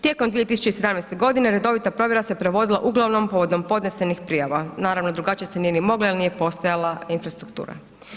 Tijekom 2017. godine redovita provjera se provodila uglavnom povodom podnesenih prijava, naravno drugačije se nije ni mogla jer nije postojala infrastruktura.